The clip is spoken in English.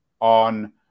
on